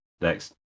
next